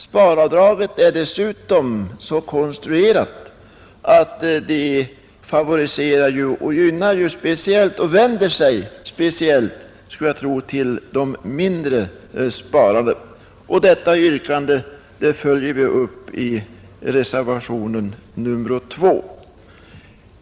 Sparavdraget är nu så konstruerat att det favoriserar och vänder sig speciellt till de mindre spararna. Detta yrkande följer vi upp i reservationen 2.